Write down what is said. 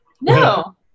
No